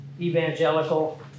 Evangelical